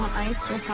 iced or